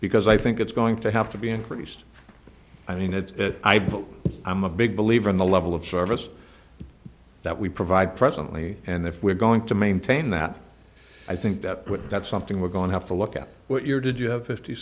because i think it's going to have to be increased i mean it's i but i'm a big believer in the level of service that we provide presently and if we're going to maintain that i think that that's something we're going have to look at what your did you have fifty